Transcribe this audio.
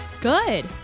Good